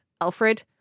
Alfred